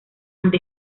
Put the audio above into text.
the